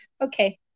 Okay